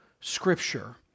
scripture